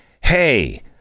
hey